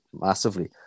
massively